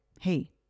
hey